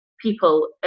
people